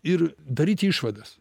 ir daryti išvadas